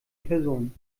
person